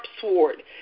sword